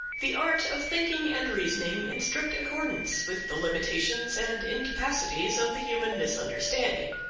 the art of thinking and reasoning in strict accordance with the limitations and incapacities of the human misunderstanding.